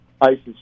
Isis